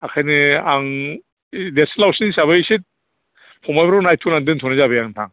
ओखायनो आं देरसिन लावसिन हिसाबै एसे फंबायफोरखौ नायथ'नानै दोनथ'नाय जाबाय आं नोंथां